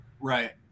Right